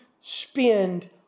spend